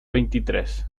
veintitrés